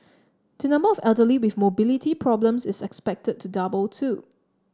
the number of elderly with mobility problems is expected to double too